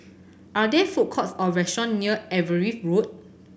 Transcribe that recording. are there food courts or restaurants near Everitt Road